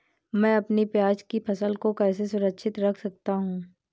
मैं अपनी प्याज की फसल को कैसे सुरक्षित रख सकता हूँ?